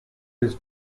his